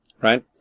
right